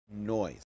noise